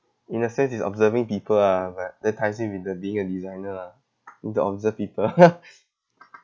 in a sense is observing people ah but the ties is with the being a designer ah need to observe people